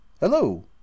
hello